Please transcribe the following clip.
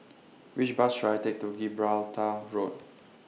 Which Bus should I Take to Gibraltar Road